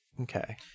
Okay